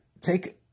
take